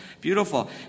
beautiful